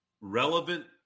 relevant